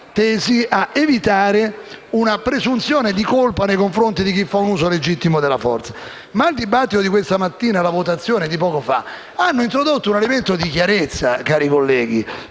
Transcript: tesi a evitare una presunzione di colpa nei confronti di chi fa un uso legittimo della forza. Tuttavia, il dibattito di questa mattina e la votazione di poco fa hanno introdotto un elemento di chiarezza, cari colleghi.